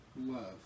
love